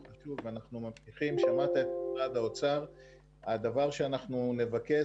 ומבטיחים שמעת את משרד האוצר - והדבר שנבקש,